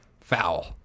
foul